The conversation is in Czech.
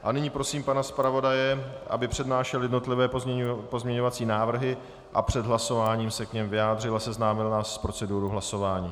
A nyní prosím pana zpravodaje, aby přednášel jednotlivé pozměňovací návrhy a před hlasováním se k nim vyjádřil a seznámil nás s procedurou hlasování.